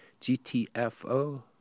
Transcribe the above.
GTFO